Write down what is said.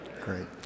Great